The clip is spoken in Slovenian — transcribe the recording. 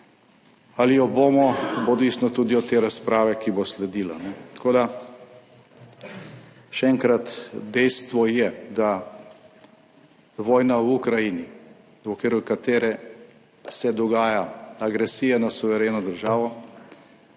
ali jo bomo, bo odvisno tudi od te razprave, ki bo sledila. Tako še enkrat, dejstvo je, da vojna v Ukrajini, v okviru katere se dogaja agresija na suvereno državo,